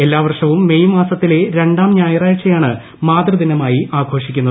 എല്ലാവർഷവും മേയ് മാസ്ത്രിലെ രണ്ടാം ഞായറാഴ്ച്ചയാണ് മാതൃദിനമായി ആഘോഷിക്കുന്നത്